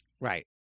Right